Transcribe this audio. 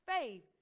faith